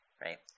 right